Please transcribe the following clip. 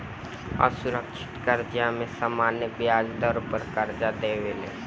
असुरक्षित कर्जा में बैंक आपन ग्राहक के सामान्य ब्याज दर पर कर्जा देवे ले